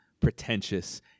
Pretentious